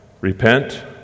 Repent